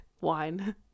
wine